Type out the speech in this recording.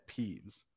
peeves